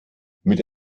mit